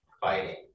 fighting